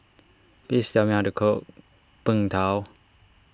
please tell me how to cook Png Tao